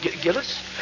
Gillis